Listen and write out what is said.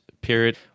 period